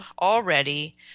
already